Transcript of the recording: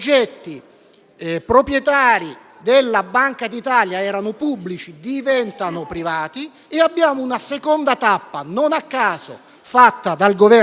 proprietari della Banca d'Italia da pubblici diventano privati; abbiamo poi una seconda tappa (non a caso fatta dal Governo Letta),